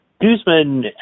Guzman